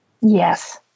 Yes